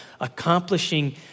accomplishing